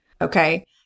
Okay